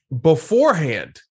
beforehand